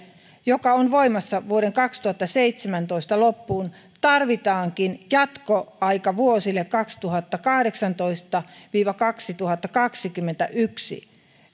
joka on voimassa vuoden kaksituhattaseitsemäntoista loppuun tarvitaankin jatkoaika vuosille kaksituhattakahdeksantoista viiva kaksituhattakaksikymmentäyksi